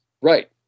Right